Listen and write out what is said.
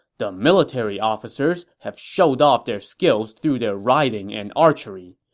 the military officers have showed off their skills through their riding and archery.